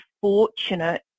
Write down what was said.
fortunate